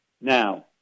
Now